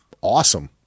awesome